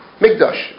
Mikdash